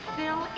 Phil